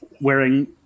wearing